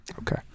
Okay